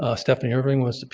ah stephanie irving was the pi.